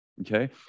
Okay